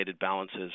balances